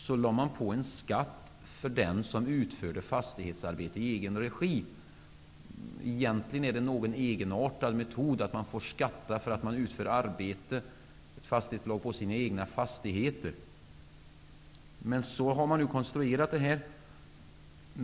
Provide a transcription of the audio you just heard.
Man lade på en skatt för den som utförde fastighetsarbete i egen regi. Egentligen är det en egenartad metod, att ett fastighetsbolag får skatta för att man utför arbete på sina egna fastigheter. Så har man nu konstruerat detta.